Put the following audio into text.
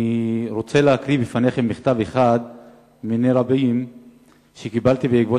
אני רוצה להקריא בפניכם מכתב אחד מני רבים שקיבלתי בעקבות